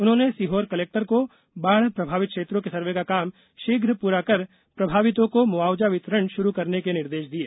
उन्होंने सीहोर कलेक्टर को बाढ़ प्रभावित क्षेत्रों के सर्वे का काम शीघ्र पूरा कर प्रभावितों को मुआवजा वितरण शुरू करने के निर्देश दिये